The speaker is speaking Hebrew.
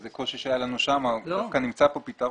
זה קושי שהיה לנו שם ודווקא כאן נמצא פתרון.